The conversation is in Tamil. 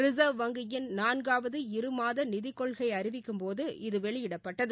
ரிவர்வ் வங்கியின் நான்காவது இருமாத நிதிக்கொள்கை அறிவிக்கும்போது இது வெளியிடப்பட்டது